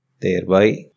Thereby